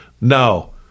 No